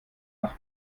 nach